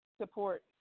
support